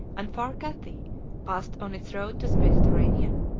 and far cathay passed on its road to the mediterranean?